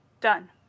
Done